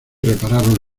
repararon